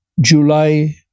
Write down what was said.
July